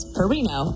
Perino